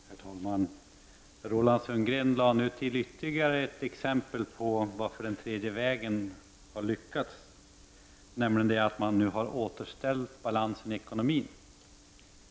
Herr talman! Roland Sundgren lade nu till ytterligare ett exempel på att den tredje vägen hade lyckats, nämligen att man nu har återställt balansen i ekonomin.